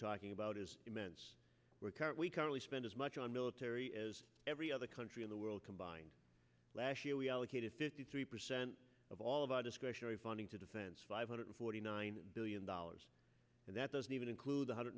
talking about is immense we currently spend as much on military as every other country in the world combined last year we allocated fifty three percent of all of our discretionary funding to defense five hundred forty nine billion dollars and that doesn't even include